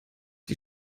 die